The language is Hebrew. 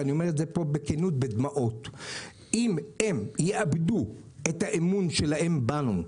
ואני אומר את זה פה בכנות ובדמעות: אם הם יאבדו את האמון שלהם בנו,